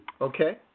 Okay